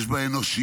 יש בה אנושיות,